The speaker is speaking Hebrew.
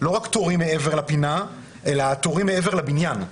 רק תורים מעבר לפינה, אלא תורים מעבר לבניין.